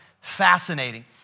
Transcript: fascinating